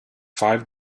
five